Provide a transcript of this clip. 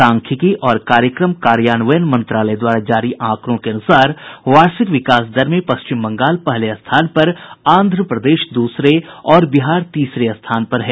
सांख्यिकी और कार्यक्रम कार्यान्वयन मंत्रालय द्वारा जारी आंकड़ों के अनुसार वार्षिक विकास दर में पश्चिम बंगाल पहले स्थान पर आंध्र प्रदेश दूसरे और बिहार तीसरे स्थान पर है